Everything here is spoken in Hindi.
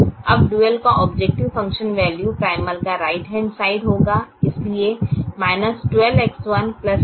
अब ड्यूल का ऑब्जेक्टिव फंक्शन वैल्यू प्राइमल का राइट हैंड साइड होगा इसलिए 12X1 12X2 9X3 10X4 7Y5